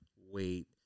weight